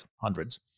hundreds